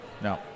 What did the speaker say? No